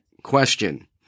Question